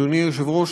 אדוני היושב-ראש,